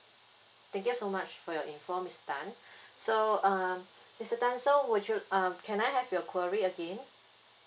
thank you so much for your info mister tan so uh mister tan so would you uh can I have your query again